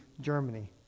Germany